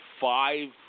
five